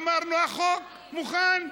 אמרנו: החוק מוכן.